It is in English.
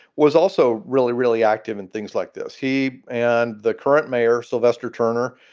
was also really, really active. and things like this, he and the current mayor, sylvester turner,